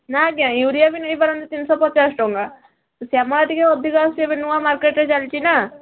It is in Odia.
ନା ଆଜ୍ଞା ୟୁରିଆ ବି ନେଇପାରନ୍ତି ତିନିଶହ ପଚାଶ ଟଙ୍କା ଶ୍ୟାମଳା ଟିକିଏ ଅଧିକ ଆସୁଛି ଏବେ ନୂଆ ମାର୍କେଟରେ ଚାଲିଛି ନା